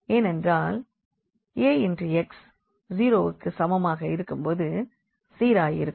ஏனென்றால் Ax 0க்கு சமமாக இருக்கும் போது சீராயிருக்கும்